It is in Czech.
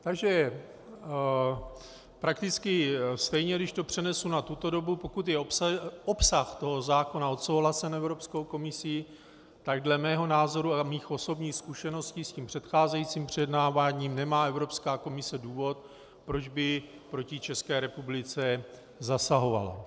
Takže prakticky stejně, když to přenesu na tuto dobu, pokud je obsah toho zákona odsouhlasen Evropskou komisí, tak dle mého názoru a mých osobních zkušeností s tím předcházejícím projednáváním nemá Evropská komise důvod, proč by proti České republice zasahovala.